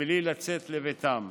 בלי לצאת לביתם.